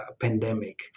pandemic